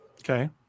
Okay